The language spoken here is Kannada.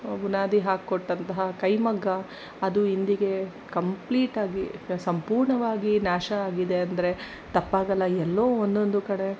ಬುನಾದಿ ಹಾಕಿಕೊಟ್ಟಂತಹ ಕೈಮಗ್ಗ ಅದು ಇಂದಿಗೆ ಕಂಪ್ಲೀಟಾಗಿ ಸಂಪೂರ್ಣವಾಗಿ ನಾಶ ಆಗಿದೆ ಅಂದರೆ ತಪ್ಪಾಗಲ್ಲ ಎಲ್ಲೋ ಒಂದೊಂದು ಕಡೆ